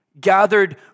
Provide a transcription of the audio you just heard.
gathered